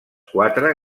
quatre